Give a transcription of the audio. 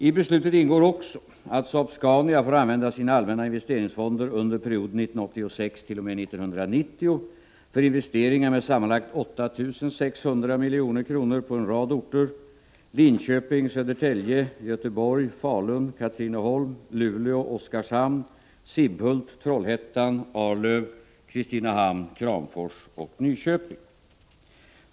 I beslutet ingår också att Saab-Scania får använda sina allmänna investeringsfonder under perioden 1986-1990 för investeringar på sammanlagt 8 600 milj.kr. på en rad orter: Linköping, Södertälje, Göteborg, Falun, Katrineholm, Luleå, Oskarshamn, Sibbhult, Trollhättan, Arlöv, Kristinehamn, Kramfors och Nyköping.